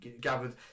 gathered